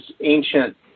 ancient